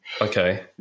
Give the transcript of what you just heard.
okay